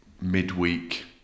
midweek